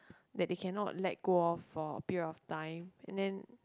that they cannot let go of for a period of time and then